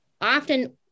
often